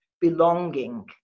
belonging